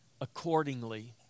accordingly